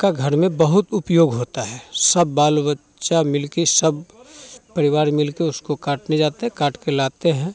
का घर में बहुत उपयोग होता है सब बाल बच्चा मिल के सब परिवार मिल के उसको काटने जाते हैं काट के लाते हैं